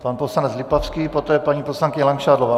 Pan poslanec Lipavský, poté paní poslankyně Langšádlová.